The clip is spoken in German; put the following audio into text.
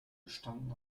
gestanden